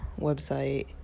website